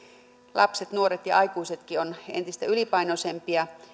lapset nuoret ja aikuisetkin ovat entistä ylipainoisempia